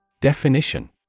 Definition